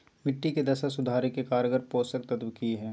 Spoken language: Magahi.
मिट्टी के दशा सुधारे के कारगर पोषक तत्व की है?